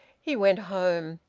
he went home.